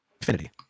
Infinity